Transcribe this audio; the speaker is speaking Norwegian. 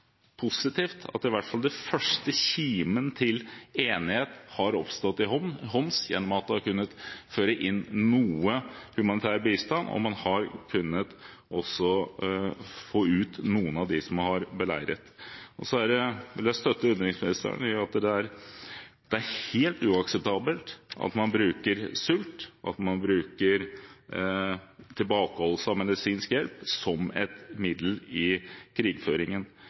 positivt at i hvert fall den første kimen til enighet har oppstått i Homs, gjennom at en har kunnet få inn noe humanitær bistand, og man har kunnet få ut noen av dem som er beleiret. Så vil jeg støtte utenriksministeren i at det er helt uakseptabelt at man bruker sult og tilbakeholdelse av medisinsk hjelp som et middel i krigføringen.